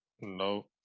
No